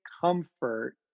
comfort